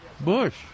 bush